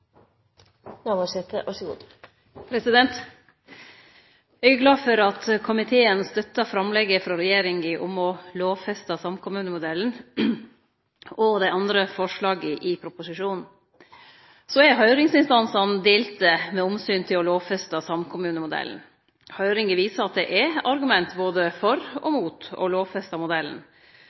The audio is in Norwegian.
glad for at komiteen støttar framlegget frå regjeringa om å lovfeste samkommunemodellen og dei andre forslaga i proposisjonen. Høyringsinstansane er delte med omsyn til å lovfeste samkommunemodellen. Høyringa viser at det er argument både for og mot å lovfeste modellen.